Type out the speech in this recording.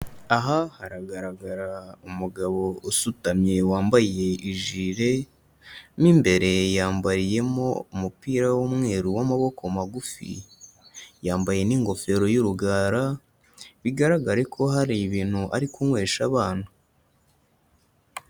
Aha haragaragara umugabo usutamye wambaye ijire mo imbere yambariyemo umupira w'umweru w'amaboko magufi, yambaye n'ingofero y'urugara bigaragare ko hari ibintu ari kunywesha abana.